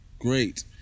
great